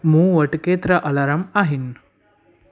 मूं वटि केतिरा अलार्म आहिनि